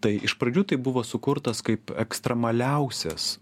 tai iš pradžių tai buvo sukurtas kaip ekstremaliausias